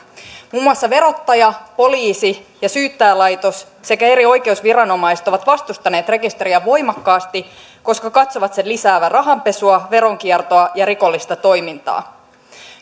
muun muassa verottaja poliisi ja syyttäjälaitos sekä eri oikeusviranomaiset ovat vastustaneet rekisteriä voimakkaasti koska katsovat sen lisäävän rahanpesua veronkiertoa ja rikollista toimintaa